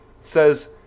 Says